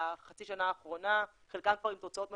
בחצי השנה האחרונה, חלקם כבר עם תוצאות משמעותיות,